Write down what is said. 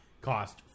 cost